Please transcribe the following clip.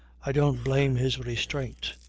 i don't blame his restraint.